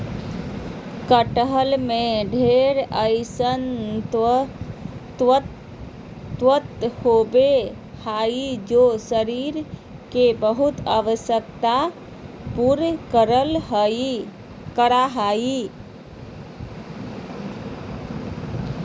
कटहल में ढेर अइसन तत्व होबा हइ जे शरीर के बहुत आवश्यकता पूरा करा हइ